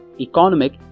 economic